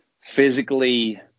physically